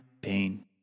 pain